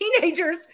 teenagers